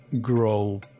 grow